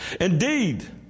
Indeed